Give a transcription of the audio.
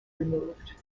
removed